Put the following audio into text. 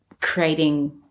creating